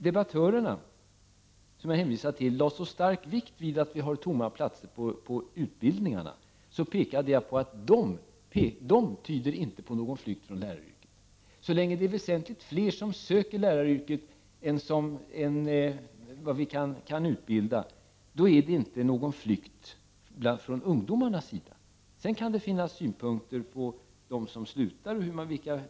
Debattörerna lade stor vikt vid de tomma platserna på utbildningarna. Men de tomma platserna tyder inte på någon flykt från läraryrket. Så länge det är väsentligt fler som söker till läraryrket än vad det finns möjlighet att utbilda, utgör det inte någon flykt från ungdomarnas sida. Sedan kan det finnas synpunkter angående de som slutar.